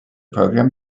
program